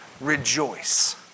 rejoice